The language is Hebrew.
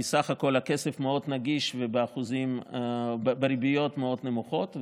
כי סך הכול הכסף מאוד נגיש ובריביות מאוד נמוכות,